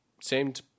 seemed